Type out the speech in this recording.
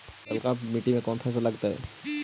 ललका मट्टी में कोन फ़सल लगतै?